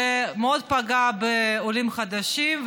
זה מאוד פגע בעולים חדשים,